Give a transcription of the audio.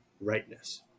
rightness